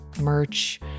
merch